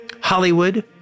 Hollywood